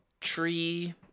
tree